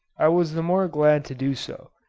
i was the more glad to do so,